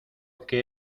que